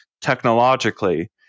technologically